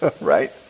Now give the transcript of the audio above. right